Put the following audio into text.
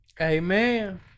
Amen